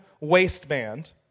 waistband